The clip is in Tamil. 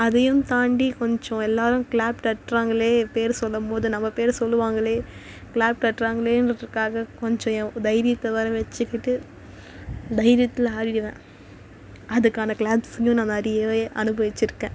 அதையும் தாண்டி கொஞ்சம் எல்லாரும் க்ளாப் தட்டுறாங்களே பேர் சொல்லும்போது நம்ம பேரை சொல்லுவாங்களே க்ளாப் தட்டுறாங்களேன்றத்துக்காக கொஞ்சம் என் தைரியத்தை வர வச்சிக்கிட்டு தைரியத்தில் ஆடிடுவேன் அதுக்கான க்ளாப்ஸுங்க நான் நிறையவே அனுபவிச்சிருக்கேன்